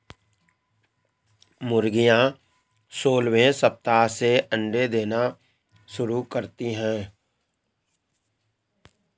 मुर्गियां सोलहवें सप्ताह से अंडे देना शुरू करती है